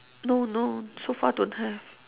no no so far don't have